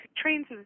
trains